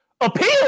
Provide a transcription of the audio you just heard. Appeal